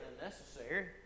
unnecessary